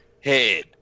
head